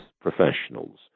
professionals